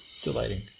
delighting